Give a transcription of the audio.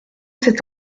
cet